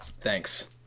Thanks